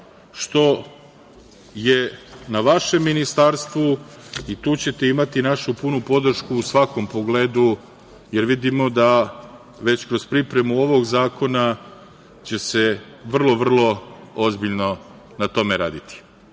što je na vašem ministarstvu i tu ćete imati našu punu podršku u svakom pogledu, jer vidimo da već kroz pripremu ovog zakona će se vrlo, vrlo ozbiljno na tome